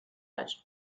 matchs